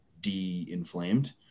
de-inflamed